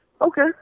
okay